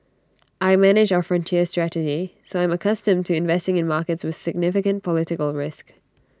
I manage our frontier strategy so I'm accustomed to investing in markets with significant political risk